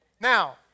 Now